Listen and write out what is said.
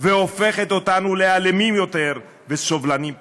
והופכת אותנו לאלימים יותר וסובלניים פחות.